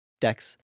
decks